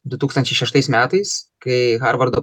du tūkstančiai šeštais metais kai harvardo